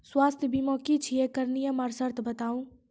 स्वास्थ्य बीमा की छियै? एकरऽ नियम आर सर्त बताऊ?